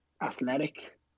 athletic